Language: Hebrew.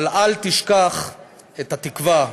אבל אל תשכח את התקווה.